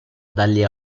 dalle